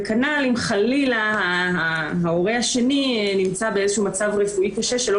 וכנ"ל אם חלילה ההורה השני נמצא במצב רפואי קשה שלא